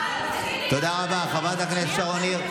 תודה רבה, חברת הכנסת שרון ניר.